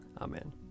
Amen